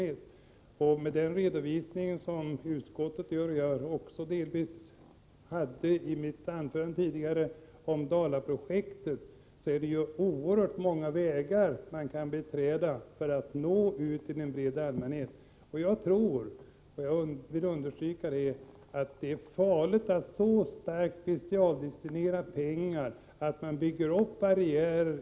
Sedan till utskottets redovisning om Dalaprojektet. I mitt förra inlägg berörde jag detta projekt något. Häri redovisas många vägar som kan beträdas för att nå en bred allmänhet. Jag vill understryka att jag tror att det är farligt att så starkt specialdestinera pengar att det byggs upp barriärer.